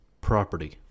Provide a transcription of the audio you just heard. property